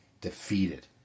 defeated